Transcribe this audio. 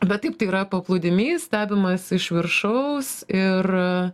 bet taip tai yra paplūdymys stebimas iš viršaus ir